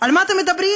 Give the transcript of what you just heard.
על מה אתם מדברים,